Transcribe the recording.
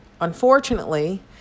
Unfortunately